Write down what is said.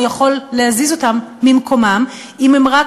הוא יכול להזיז אותם ממקומם אם הם רק